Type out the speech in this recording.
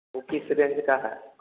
वह किस रेंज का है